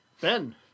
Ben